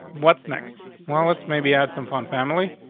what's next one? let's maybe add some fun family.